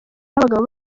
n’abagabo